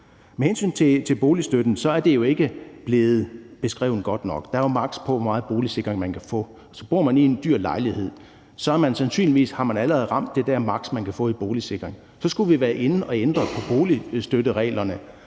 Med hensyn til boligstøtten er det jo ikke blevet beskrevet godt nok. Der er jo et maks. på, hvor meget boligsikring man kan få. Så bor man i en dyr lejlighed, har man sandsynligvis allerede ramt det maks., man kan få i boligsikring. Så skulle vi have været inde at ændre på boligstøttereglerne,